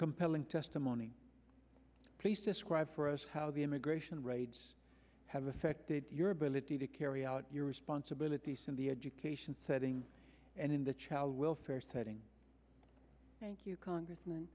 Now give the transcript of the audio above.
compelling testimony please describe for us how the immigration raids have affected your ability to carry out your responsibilities to be education setting and in the child welfare setting thank you congressman